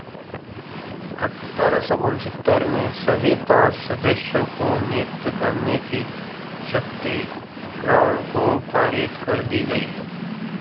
अठारह सौ गुनसित्तर में सभी पाँच सदस्यों को नियुक्त करने की शक्ति क्राउन को पारित कर दी गई